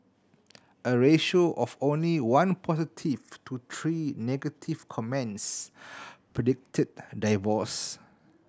a ratio of only one positive to three negative comments predicted divorce